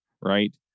right